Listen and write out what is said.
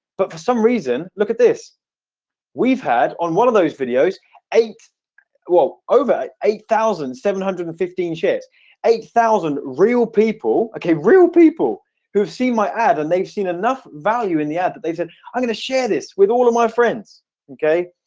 but for some reason look at this we've had on one of those videos eight well over eight thousand seven hundred and fifteen shit eight thousand real people okay real people who have seen my ad and they've seen enough value in the ad that they said i'm going to share this with all of my friends okay,